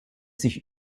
sich